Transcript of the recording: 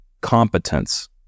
competence